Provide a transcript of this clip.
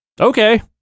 Okay